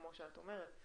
כמו שאת אומרת,